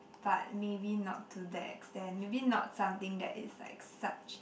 but maybe not to that extend maybe not something that is like such